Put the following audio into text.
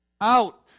out